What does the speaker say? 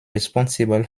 responsible